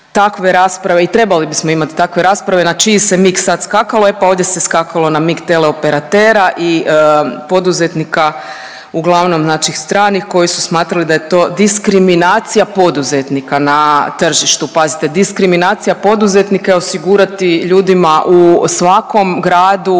takve rasprava i trebali bismo imati takve rasprave na čiji se mig sad skakalo, e pa ovdje se skakalo na mig teleoperatera i poduzetnika uglavnom znači stranih koji su smatrali da je to diskriminacija poduzetnika na tržištu. Pazite diskriminacija poduzetnika je osigurati ljudima u svakom gradu,